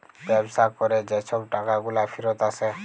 ব্যবসা ক্যরে যে ছব টাকাগুলা ফিরত আসে